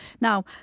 Now